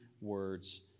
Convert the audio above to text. words